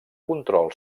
control